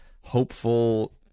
hopeful